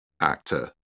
actor